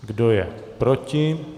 Kdo je proti?